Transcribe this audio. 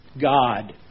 God